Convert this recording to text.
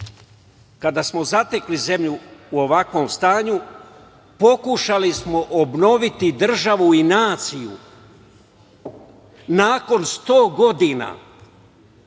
kada smo zatekli zemlju u ovakvom stanju, pokušali smo obnoviti državu i naciju nakon sto godina